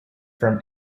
from